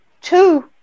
two